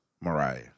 Mariah